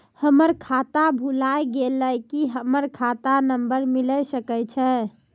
हमर खाता भुला गेलै, की हमर खाता नंबर मिले सकय छै?